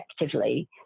effectively